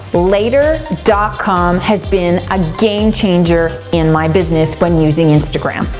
later dot com has been a game changer in my business when using instagram.